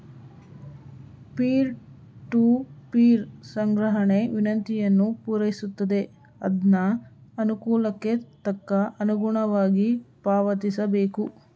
peer to peer ಸಂಗ್ರಹಣೆ ವಿನಂತಿಯನ್ನು ಪೂರೈಸುತ್ತದೆ ಅದ್ನ ಅನುಕೂಲಕ್ಕೆ ತಕ್ಕ ಅನುಗುಣವಾಗಿ ಪಾವತಿಸಬೇಕು